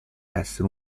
essere